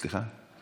סליחה?